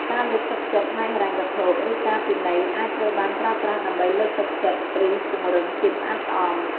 ការលើកទឹកចិត្តផ្នែកហិរញ្ញវត្ថុ ឬការពិន័យអាចត្រូវបានប្រើប្រាស់ដើម្បីលើកទឹកចិត្ត ឬពង្រឹងភាពស្អាតស្អំ។